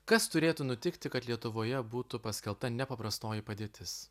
kas turėtų nutikti kad lietuvoje būtų paskelbta nepaprastoji padėtis